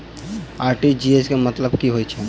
RTGS केँ मतलब की हएत छै?